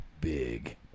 big